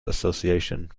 association